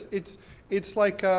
it's it's like,